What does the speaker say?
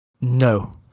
no